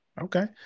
okay